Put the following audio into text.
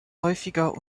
häufiger